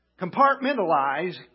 compartmentalize